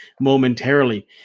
momentarily